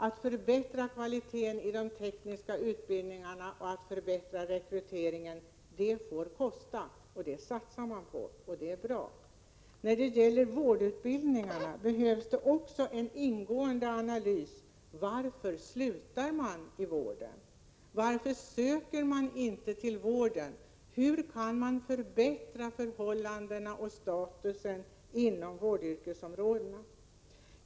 Att förbättra kvaliteten i de tekniska utbildningarna och att förbättra rekryteringen till de tekniska yrkena är åtgärder som får kosta och som man satsar på. Det är bra. Men också när det gäller vårdutbildningarna behövs det en ingående analys. Varför slutar man inom vården? Varför söker man inte till vården? Hur kan man förbättra förhållandena och statusen inom vårdyrkena?